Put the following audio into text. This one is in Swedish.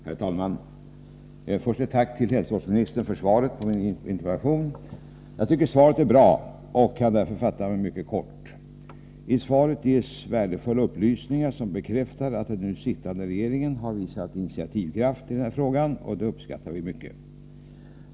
Herr talman! Först vill jag rikta ett tack till hälsovårdsministern för svaret på min interpellation. Jag tycker att svaret är bra och kan därför fatta mig mycket kort. I svaret ges värdefulla upplysningar, som bekräftar att den nu sittande regeringen har visat initiativkraft i denna fråga, och det uppskattar vi mycket.